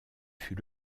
fut